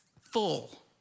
Full